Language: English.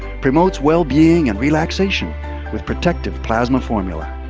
promotes well-being and relaxation with protective plasma formula.